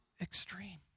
extreme